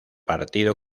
partido